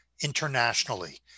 internationally